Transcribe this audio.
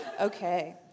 okay